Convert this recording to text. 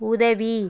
உதவி